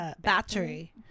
battery